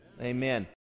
amen